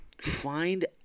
Find